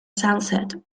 sunset